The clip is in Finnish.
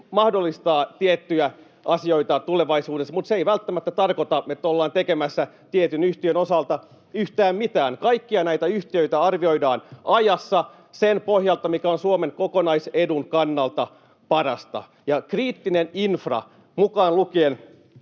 mahdollistaa tiettyjä asioita tulevaisuudessa, mutta se ei välttämättä tarkoita, että ollaan tekemässä tietyn yhtiön osalta yhtään mitään. Kaikkia näitä yhtiöitä arvioidaan ajassa sen pohjalta, mikä on Suomen kokonaisedun kannalta parasta. Kriittisessä infrassa, mukaan lukien